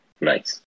Nice